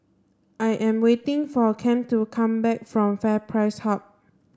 I am waiting for Kem to come back from FairPrice Hub